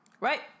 Right